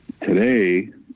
today